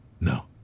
No